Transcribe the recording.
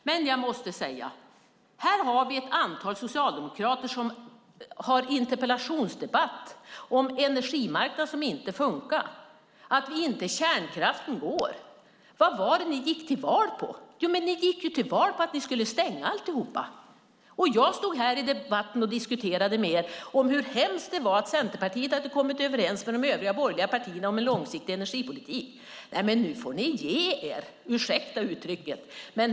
Men jag måste säga följande: Här har vi ett antal socialdemokrater som har interpellationsdebatt om en energimarknad som inte funkar och om att kärnkraften inte går. Men vad var det ni gick till val på? Ni gick till val på att ni skulle stänga alltihop! Jag stod här i debatten och diskuterade med er om hur hemskt det var att Centerpartiet hade kommit överens med de övriga borgerliga partierna om en långsiktig energipolitik. Nu får ni ge er - ursäkta uttrycket!